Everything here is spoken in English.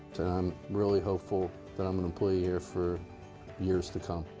i'm really hopeful that i'm an employee here for years to come.